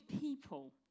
people